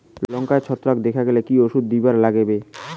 লঙ্কায় ছত্রাক দেখা দিলে কি ওষুধ দিবার লাগবে?